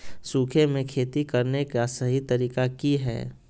सूखे में खेती करने का सही तरीका की हैय?